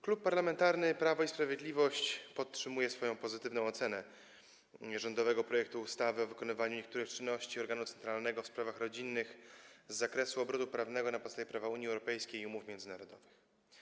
Klub Parlamentarny Prawo i Sprawiedliwość podtrzymuje swoją pozytywną ocenę rządowego projektu ustawy o wykonywaniu niektórych czynności organu centralnego w sprawach rodzinnych z zakresu obrotu prawnego na podstawie prawa Unii Europejskiej i umów międzynarodowych.